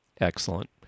Excellent